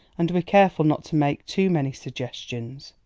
and we're careful not to make too many suggestions.